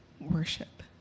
worship